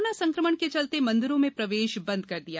corona संक्रमण के चलते मंदिरों में प्रवेश बंद कर दिया गया है